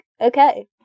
okay